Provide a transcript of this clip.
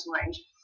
range